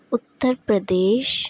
Uttar Pradesh